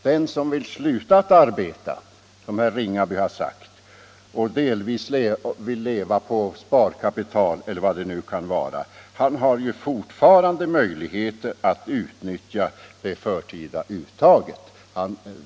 Den som vill sluta arbeta och delvis vill leva på sparkapital eller vad det kan vara har ju fortfarande möjlighet att utnyttja det förtida uttaget.